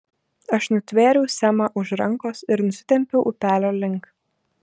aš nutvėriau semą už rankos ir nusitempiau upelio link